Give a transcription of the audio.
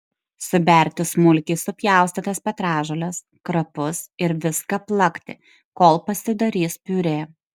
suberti smulkiai supjaustytas petražoles krapus ir viską plakti kol pasidarys piurė